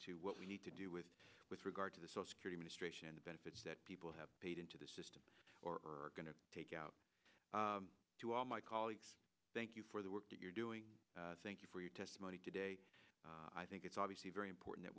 to what we need to do with with regard to the security ministration the benefits that people have paid into the system or going to take out to all my colleagues thank you for the work that you're doing thank you for your testimony today i think it's obviously very important that